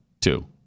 two